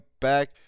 back